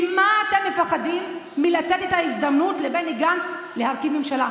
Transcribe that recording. מה אתם מפחדים לתת את ההזדמנות לבני גנץ להרכיב ממשלה?